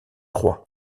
croix